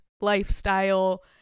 lifestyle